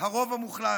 הרוב המוחלט.